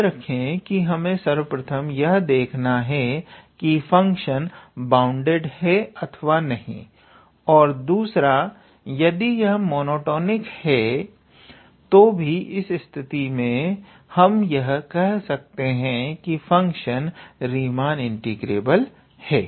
याद रखें कि हमें सर्वप्रथम यह देखना है कि फंक्शन बाउंडेड है अथवा नहीं और दूसरा यदि यह मोनोटॉनिक है तो भी इस स्थिति में हम यह कह सकते हैं कि फंक्शन रीमान इंटीग्रेबल है